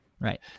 Right